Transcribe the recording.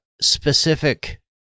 specific